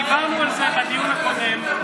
דיברנו על זה בדיון הקודם.